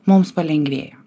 mums palengvėjo